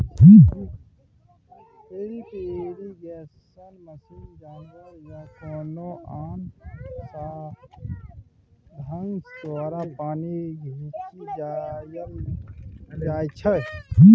lift इरिगेशनमे machine, जानबर या कोनो आन साधंश द्वारा पानि घीचि पटाएल जाइ छै